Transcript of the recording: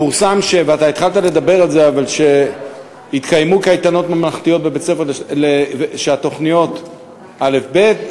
התחלת לדבר על זה שיתקיימו קייטנות ממלכתיות בבתי-ספר לכיתות א' ב',